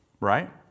Right